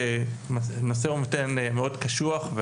כנושא ונותן מאוד קשוח,